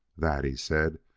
that, he said,